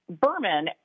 Berman